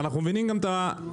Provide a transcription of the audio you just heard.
ואנחנו מבינים גם את הפתרון.